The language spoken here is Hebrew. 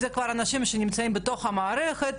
אלה כבר אנשים שנמצאים בתוך המערכת,